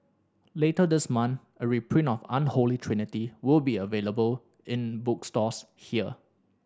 later this month a reprint of Unholy Trinity will be available in bookstores here